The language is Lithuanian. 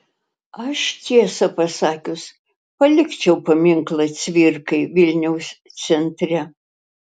aš tiesą pasakius palikčiau paminklą cvirkai vilniaus centre